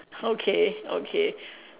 okay okay